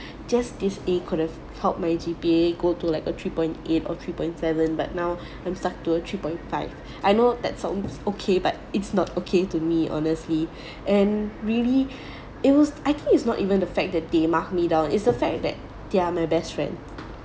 just this A could have helped my G_P_A go to like a three point eight or three point seven but now I'm stuck to a three point five I know that sounds okay but it's not okay to me honestly and really it was I think it's not even the fact that they mark me down is the fact that they're my best friend